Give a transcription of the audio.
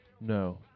No